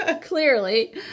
clearly